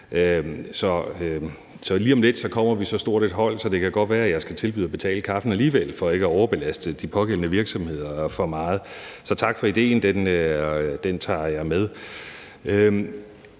vi med at komme med så stort et hold, at det godt kan være, at jeg alligevel skal tilbyde at betale kaffen for ikke at belaste de pågældende virksomheder for meget. Så tak for idéen – den tager jeg med.